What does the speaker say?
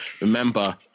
Remember